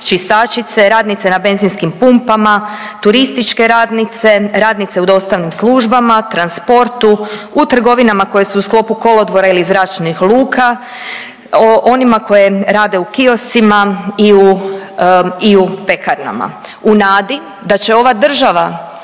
čistačice, radnice na benzinskim pumpama, turističke radnice, radnice u dostavnim službama, transportu, u trgovinama koje su u sklopu kolodvora ili zračnih luka, onima koje rade u kioscima i u, i u pekarnama u nadi da će ova država